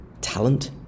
talent